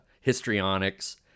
histrionics